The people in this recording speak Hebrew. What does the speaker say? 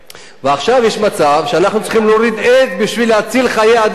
ועכשיו יש מצב שאנחנו צריכים להוריד עץ בשביל להציל חיי אדם.